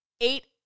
eight